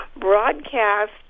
broadcast